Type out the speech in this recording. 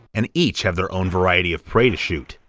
and each have their own variety of prey to shoot.